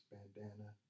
Bandana